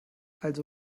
also